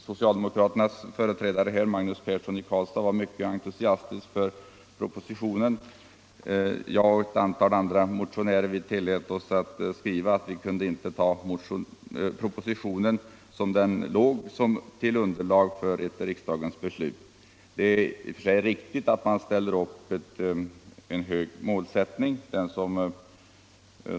Socialdemokraternas företrädare herr Persson i Karlstad var mycket entusiastisk över propositionen. Jag har tillsammans med några andra motionärer skrivit att vi inte kunde ta propositionen som underlag för ett riksdagens beslut. Det är riktigt att man har en hög målsättning.